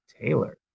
taylor